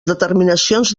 determinacions